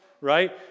right